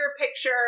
picture